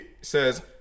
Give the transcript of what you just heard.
says